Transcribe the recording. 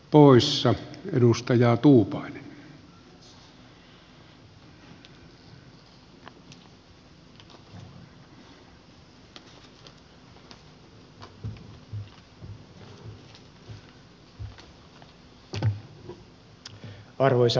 arvoisa herra puhemies